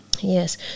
Yes